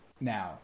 now